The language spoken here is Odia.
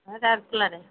ରାଉରକେଲାରେ